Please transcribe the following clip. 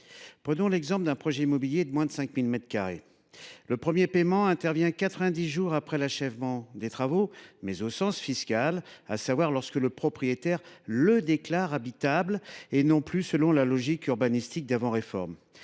Prenons l’exemple d’un projet immobilier de moins de 5 000 mètres carrés. Le premier paiement intervient 90 jours après l’achèvement des travaux, mais au sens fiscal, c’est à dire lorsque le propriétaire déclare le bien habitable, et non plus selon la logique urbanistique d’avant la réforme.